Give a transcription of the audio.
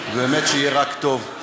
באמת שיהיה רק טוב.